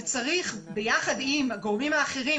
וצריך ביחד עם הגורמים האחרים,